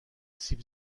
سیب